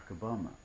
Obama